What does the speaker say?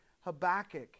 Habakkuk